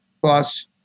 plus